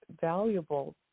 valuable